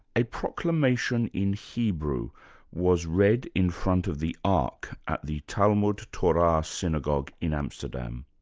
a proclamation in hebrew was read in front of the ark at the talmud torah synagogue in amsterdam.